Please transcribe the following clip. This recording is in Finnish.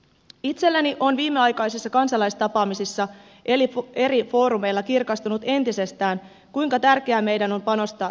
itselleni on viimeaikaisissa kansalaistapaamisissa eri foorumeilla kirkastunut entisestään kuinka tärkeää meidän on panostaa tieverkkoomme